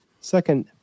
Second